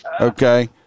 Okay